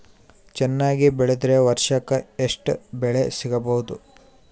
ಚೆನ್ನಾಗಿ ಬೆಳೆದ್ರೆ ವರ್ಷಕ ಎಷ್ಟು ಬೆಳೆ ಸಿಗಬಹುದು?